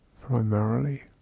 primarily